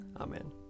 Amen